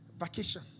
vacation